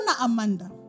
Amanda